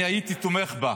אני הייתי תומך בה,